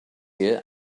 year